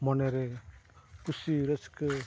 ᱢᱚᱱᱮ ᱨᱮ ᱠᱩᱥᱤ ᱨᱟᱹᱥᱠᱟᱹ